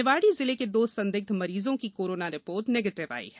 निवाड़ी जिले के दो संदिग्ध मरीजो की कोरोना रिपोर्ट निगेटिव आई हैं